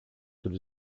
τους